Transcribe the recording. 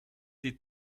die